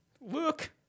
Look